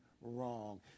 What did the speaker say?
wrong